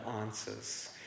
answers